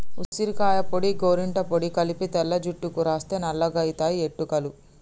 ఉసిరికాయ పొడి గోరింట పొడి కలిపి తెల్ల జుట్టుకు రాస్తే నల్లగాయితయి ఎట్టుకలు